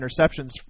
interceptions